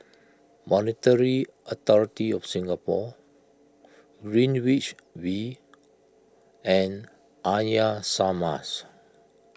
Monetary Authority of Singapore Greenwich V and Arya Samaj